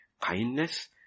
Kindness